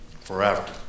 Forever